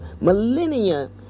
millennia